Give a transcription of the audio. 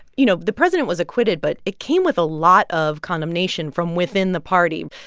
you know, the president was acquitted, but it came with a lot of condemnation from within the party.